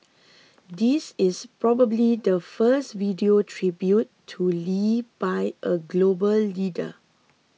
this is probably the first video tribute to Lee by a global leader